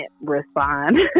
respond